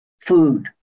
food